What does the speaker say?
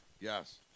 Yes